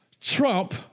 trump